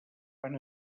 van